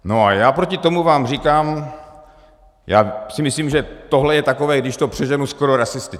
No a já proti tomu vám říkám já si myslím, že tohle je takové, když to přeženu, skoro rasistické.